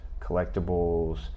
collectibles